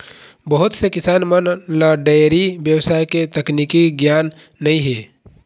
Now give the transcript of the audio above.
बहुत से किसान मन ल डेयरी बेवसाय के तकनीकी गियान नइ हे